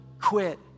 quit